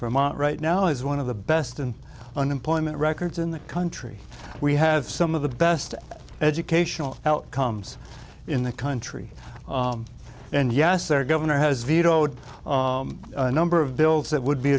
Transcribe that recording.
i'm on right now is one of the best and unemployment records in the country we have some of the best educational outcomes in the country and yes our governor has vetoed a number of bills that would be